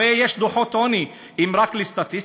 הרי יש דוחות עוני, הם רק לסטטיסטיקה,